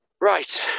Right